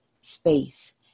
space